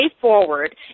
forward